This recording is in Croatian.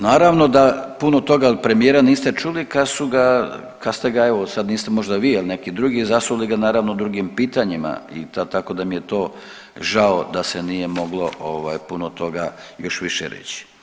Naravno da puno toga od premijera niste čuli kad su ta, kad ste ga evo sad niste možda vi ali neki drugi zasuli ga naravno drugim pitanjima tako da mi je to žao da se nije moglo puno toga još više reći.